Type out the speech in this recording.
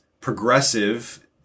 progressive